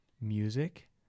music